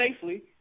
safely